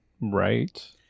right